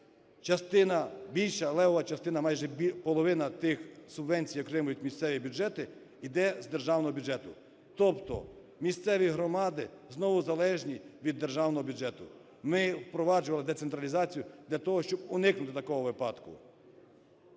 Частина більша, левова частина, майже половина тих субвенцій, які отримують місцеві бюджети, іде з державного бюджету. Тобто місцеві громади знову залежні від державного бюджету. Ми впроваджували децентралізацію для того, щоб уникнути такого випадку.